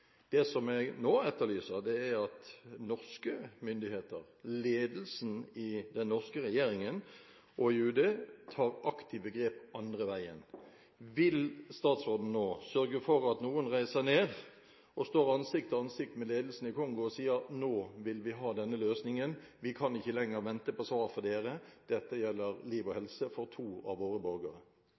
Det som jeg nå etterlyser, er at norske myndigheter – ledelsen i den norske regjeringen og i UD – tar aktive grep den andre veien. Vil utenriksministeren sørge for at noen reiser ned, står ansikt til ansikt med ledelsen i Kongo og sier at nå vil vi ha en løsning, vi kan ikke lenger vente på svar fra dere, dette gjelder liv og helse for to av våre borgere?